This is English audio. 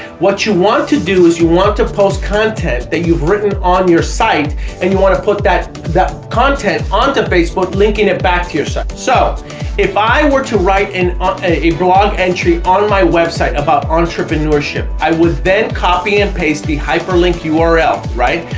what you want to do is you want to post content that you've written on your site and you want to put that that content onto facebook linking it back to yourself so if i were to write in a blog entry on my website about entrepreneurship i would then copy and paste the hyperlink ah url, right,